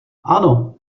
ano